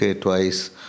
twice